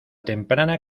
temprana